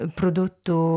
prodotto